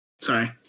Sorry